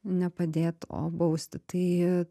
nepadėt o bausti tai